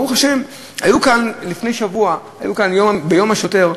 ברוך השם, היו כאן לפני שבוע, ביום השוטר,